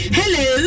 hello